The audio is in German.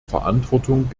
verantwortung